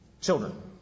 Children